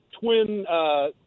twin